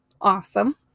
awesome